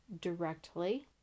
directly